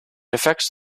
affects